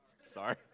sorry